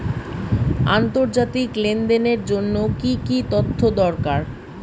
আন্তর্জাতিক লেনদেনের জন্য কি কি তথ্য দরকার?